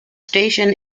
station